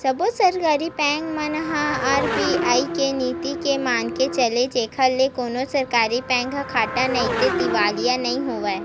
सब्बो सरकारी बेंक मन ह आर.बी.आई के नीति ल मनाके चले जेखर ले कोनो सरकारी बेंक ह घाटा नइते दिवालिया नइ होवय